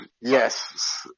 Yes